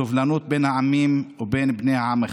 סובלנות בין העמים ובין בני עם אחד.